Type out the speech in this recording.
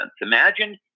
Imagine